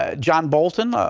ah john bolton,